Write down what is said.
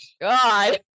God